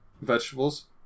vegetables